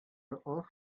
ташка